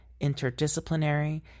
interdisciplinary